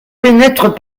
pénètrent